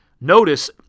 Notice